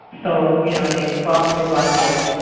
so you know they talk with one voice.